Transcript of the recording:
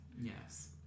Yes